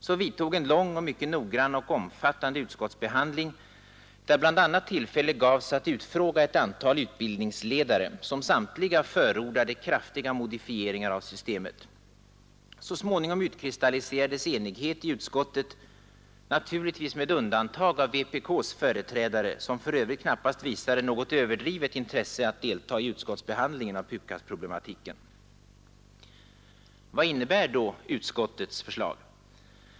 Så vidtog en lång och mycket noggrann och omfattande utskottsbehandling, där bl.a. tillfälle gavs att utfråga ett antal utbildningsledare, som samtliga förordade kraftiga modifieringar av systemet. Så småningom utkristalliserades enighet i utskottet, naturligtvis med undantag av vpk:s företrädare, som för övrigt knappast visade något överdrivet intresse för att delta i utskottsbehandlingen av PUKAS-problematiken. Vad innebär då utskottets förslag?